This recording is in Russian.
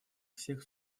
всех